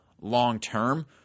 long-term